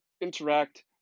interact